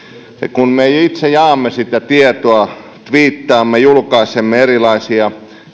kun me itse jaamme sitä tietoa tviittaamme ja julkaisemme erilaisia